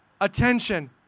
attention